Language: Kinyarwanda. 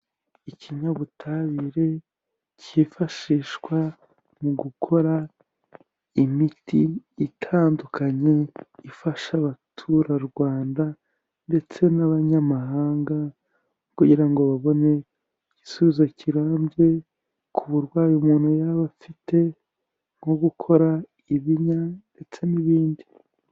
Ikinyabutabire cyifashishwa mu gukora imiti itandukanye, ifasha abaturarwanda ndetse n'abanyamahanga, kugira ngo babone igisubizo kirambye ku burwayi umuntu yaba afite, nko gukora ibinya ndetse n'ibindi.